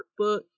workbook